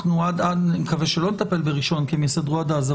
אני מקווה שלא נטפל בראשון כי הם יסדרו עד אז.